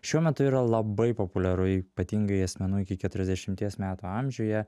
šiuo metu yra labai populiaru ypatingai asmenų iki keturiasdešimties metų amžiuje